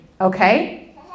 okay